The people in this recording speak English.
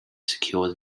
secured